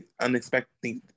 unexpected